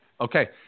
Okay